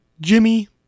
Jimmy